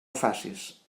facis